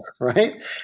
right